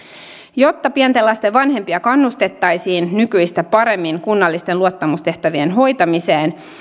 jotta pienten lasten vanhempia kannustettaisiin nykyistä paremmin kunnallisten luottamustehtävien hoitamiseen